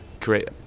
create